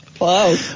Wow